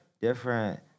different